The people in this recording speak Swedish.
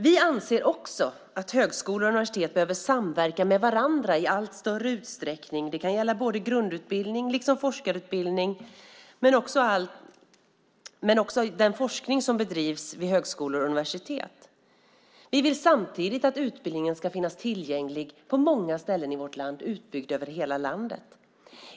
Vi anser också att högskolor och universitet behöver samverka med varandra i allt större utsträckning. Det kan gälla grundutbildning liksom forskarutbildning men också den forskning som bedrivs vid högskolor och universitet. Vi vill samtidigt att utbildningen ska finnas tillgänglig på många ställen i vårt land, utbyggd över hela landet.